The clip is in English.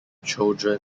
children